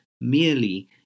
merely